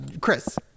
Chris